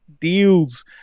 deals